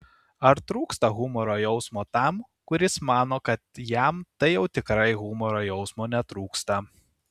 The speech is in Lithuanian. ar trūksta humoro jausmo tam kuris mano kad jam tai jau tikrai humoro jausmo netrūksta